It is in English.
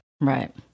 Right